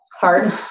Hard